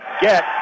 get